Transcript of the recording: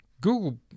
Google